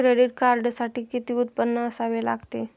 Credit कार्डसाठी किती उत्पन्न असावे लागते?